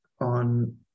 on